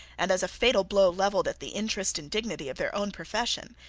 and as a fatal blow levelled at the interest and dignity of their own profession,